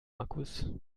akkus